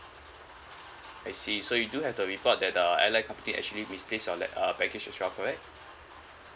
I see so you do have the report that uh airline company actually misplaced your la~ uh baggage as well correct